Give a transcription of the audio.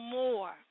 more